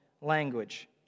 language